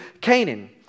Canaan